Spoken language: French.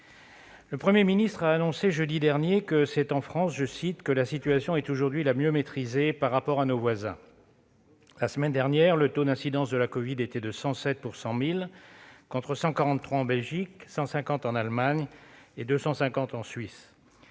Le Premier ministre a déclaré jeudi dernier que « c'est en France que la situation est aujourd'hui la mieux maîtrisée par rapport à nos voisins ». La semaine dernière, le taux d'incidence de la covid y était de 107 pour 100 000, contre 143 en Belgique, 150 en Allemagne et 250 en Suisse.